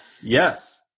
Yes